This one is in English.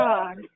God